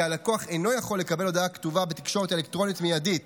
הלקוח אינו יכול לקבל הודעה כתובה בתקשורת אלקטרונית מיידית,